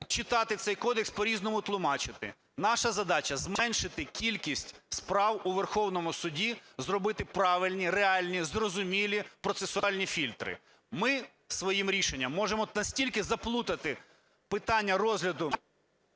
читати цей кодекс, по-різному тлумачити. Наша задача - зменшити кількість справ у Верховному Суді, зробити правильні, реальні, зрозумілі процесуальні фільтри. Ми своїм рішенням можемо настільки заплутати питання розгляду